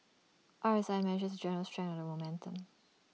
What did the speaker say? R S I measures the general strength of the momentum